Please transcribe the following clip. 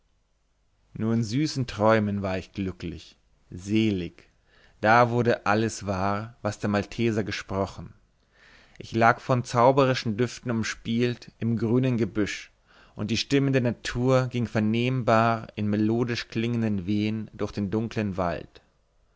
nur in süßen träumen war ich glücklich selig da wurde alles wahr was der malteser gesprochen ich lag von zauberischen düften umspielt im grünen gebüsch und die stimme der natur ging vernehmbar im melodisch klingenden wehen durch den dunklen wald